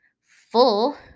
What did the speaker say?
full